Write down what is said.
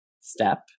step